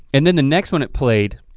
and then the next one it played,